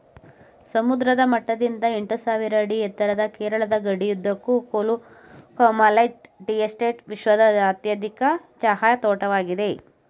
ಸಮುದ್ರ ಮಟ್ಟದಿಂದ ಎಂಟುಸಾವಿರ ಅಡಿ ಎತ್ತರದ ಕೇರಳದ ಗಡಿಯುದ್ದಕ್ಕೂ ಕೊಲುಕುಮಾಲೈ ಟೀ ಎಸ್ಟೇಟ್ ವಿಶ್ವದ ಅತ್ಯಧಿಕ ಚಹಾ ತೋಟವಾಗಿದೆ